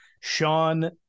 Sean